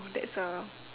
that's uh